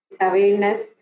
awareness